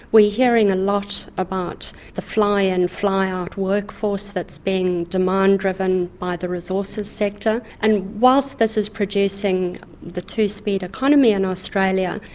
we're hearing a lot about the fly in fly out workforce being demand-driven by the resources sector, and whilst this is producing the two-speed economy in australia,